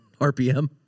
rpm